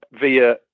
via